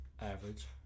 Average